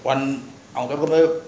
one